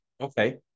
Okay